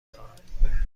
خواهم